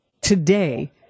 today